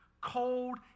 cold